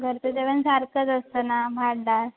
घरच्या जेवणासारखंच असतं ना भात डाळ